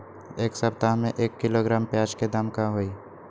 एक सप्ताह में एक किलोग्राम प्याज के दाम का होई?